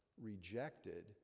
rejected